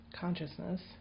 consciousness